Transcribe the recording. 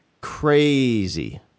Crazy